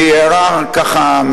אני אעיר מהצד,